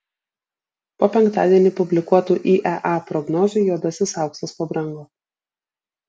po penktadienį publikuotų iea prognozių juodasis auksas pabrango